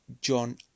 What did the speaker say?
John